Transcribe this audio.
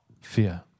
fear